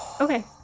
Okay